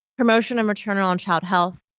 promotion of maternal and child health,